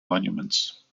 monuments